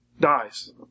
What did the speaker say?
dies